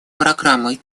программы